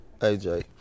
AJ